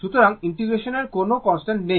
সুতরাং ইন্টিগ্রেশনের কোনও কনস্ট্যান্ট নেই